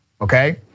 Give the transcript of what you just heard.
Okay